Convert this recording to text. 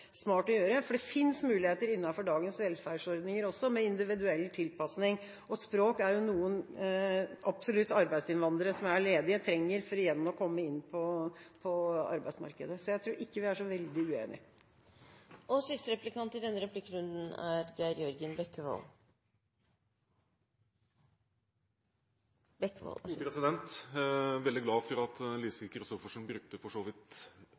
smart å gjøre, for det finnes muligheter innenfor dagens velferdsordninger også, med individuell tilpasning. Språk er noe arbeidsinnvandrere som er ledige absolutt trenger for igjen å komme inn på arbeidsmarkedet. Så jeg tror ikke vi er så veldig uenige. Jeg er veldig glad for at Lise Christoffersen brukte så